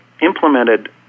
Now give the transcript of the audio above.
implemented